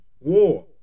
war